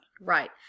Right